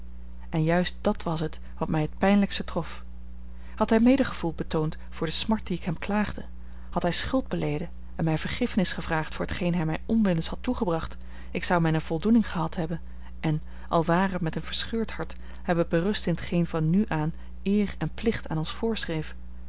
en juist dat was het wat mij t pijnlijkst trof had hij medegevoel betoond voor de smart die ik hem klaagde had hij schuld beleden en mij vergiffenis gevraagd voor t geen hij mij onwillens had toegebracht ik zou mijne voldoening gehad hebben en al ware t met een verscheurd hart hebben berust in t geen van nu aan eer en plicht ons voorschreef